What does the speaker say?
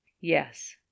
Yes